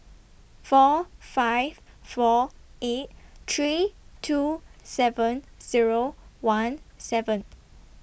four five four eight three two seven Zero one seven